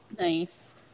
Nice